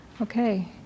Okay